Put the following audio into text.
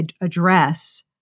address